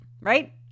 right